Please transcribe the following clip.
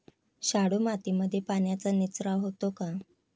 शाडू मातीमध्ये पाण्याचा निचरा होतो का?